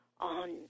on